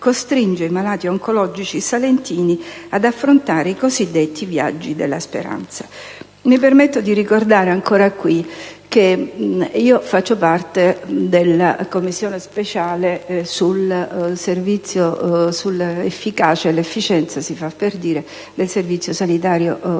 costringe i malati oncologici salentini ad affrontare i cosiddetti viaggi della speranza. Mi permetto di ricordare ancora, in questa sede, che faccio parte della Commissione parlamentare d'inchiesta sull'efficacia e l'efficienza - si fa per dire - del Servizio sanitario nazionale